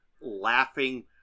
laughing